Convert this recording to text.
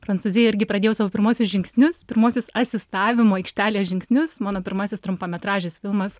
prancūzijoj irgi pradėjau savo pirmuosius žingsnius pirmuosius asistavimo aikštelėje žingsnius mano pirmasis trumpametražis filmas